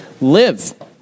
live